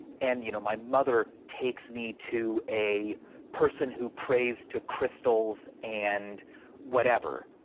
and you know my mother takes me to a person who prays to crystals and whatever,